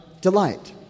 delight